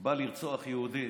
בא לרצוח יהודי